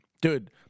dude